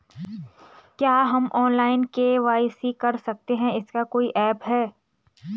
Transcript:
क्या हम online KYC कर सकते हैं इसका कोई ऐप है?